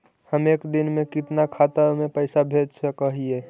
हम एक दिन में कितना खाता में पैसा भेज सक हिय?